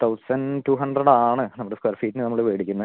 thousand two ഹൺഡ്രഡാണ് നമ്മുടെ square ഫീറ്റിന് നമ്മൾ മേടിക്കുന്നത്